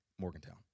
Morgantown